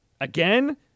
again